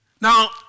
Now